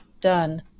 done